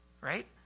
right